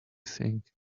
think